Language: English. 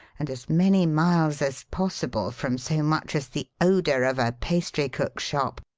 and as many miles as possible from so much as the odour of a pastry cook's shop,